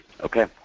Okay